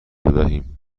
بدهیم